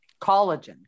collagen